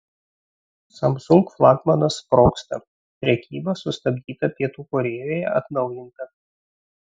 samsung flagmanas sprogsta prekyba sustabdyta pietų korėjoje atnaujinta